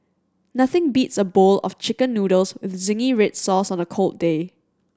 nothing beats a bowl of Chicken Noodles with zingy red sauce on a cold day